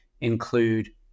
include